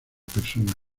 personas